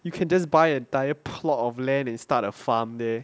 you can just buy an entire plot of land and start a farm there